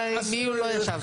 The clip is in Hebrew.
איתי הוא לא ישב.